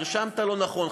נרשמת לא נכון,